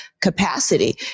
capacity